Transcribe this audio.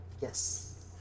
Yes